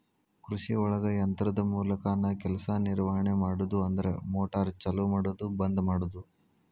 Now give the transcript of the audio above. ಕೃಷಿಒಳಗ ಯಂತ್ರದ ಮೂಲಕಾನ ಕೆಲಸಾ ನಿರ್ವಹಣೆ ಮಾಡುದು ಅಂದ್ರ ಮೋಟಾರ್ ಚಲು ಮಾಡುದು ಬಂದ ಮಾಡುದು